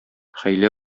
хәйлә